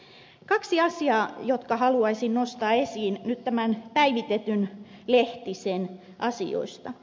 on kaksi asiaa jotka haluaisin nostaa esiin nyt tämän päivitetyn lehtisen asioista